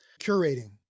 Curating